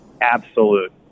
absolute